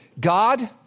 God